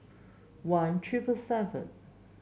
one trip seven